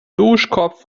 duschkopf